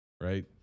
right